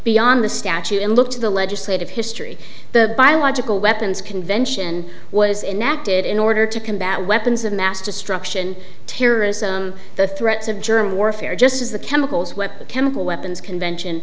beyond the statute and look to the legislative history the biological weapons convention was enact it in order to combat weapons of mass destruction terrorism the threats of germ warfare just as the chemicals weapons chemical weapons convention